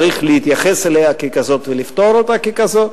צריך להתייחס אליה ככזאת ולפתור אותה ככזאת.